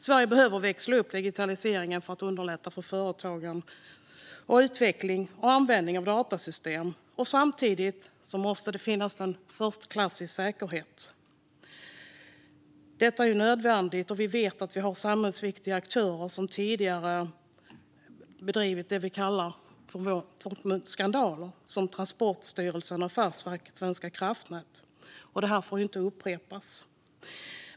Sverige behöver växla upp digitaliseringen för att underlätta för företagen och för utveckling och användning av datasystem. Samtidigt måste det finnas en förstklassig säkerhet. Detta är ju nödvändigt. Vi vet att vi har samhällsviktiga aktörer, till exempel Transportstyrelsen och Affärsverket svenska kraftnät, som tidigare orsakat det vi kallar skandaler. Det här får inte upprepas.